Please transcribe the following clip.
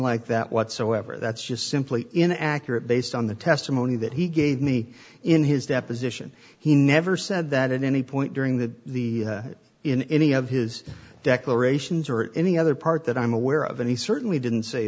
like that whatsoever that's just simply in accurate based on the testimony that he gave me in his deposition he never said that at any point during the the in any of his declarations or any other part that i'm aware of and he certainly didn't s